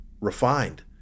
refined